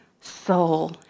soul